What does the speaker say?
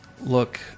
Look